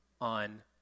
on